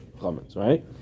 right